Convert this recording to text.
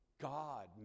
God